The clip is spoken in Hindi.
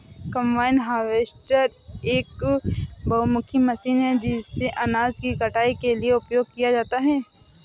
कंबाइन हार्वेस्टर एक बहुमुखी मशीन है जिसे अनाज की कटाई के लिए उपयोग किया जाता है